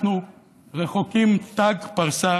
אנחנו רחוקים ת"ק פרסה